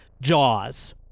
jaws